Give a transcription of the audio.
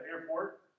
airport